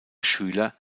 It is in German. schüler